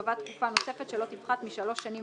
ותיקבע תקופה נוספת שלא תפחת משלוש שנים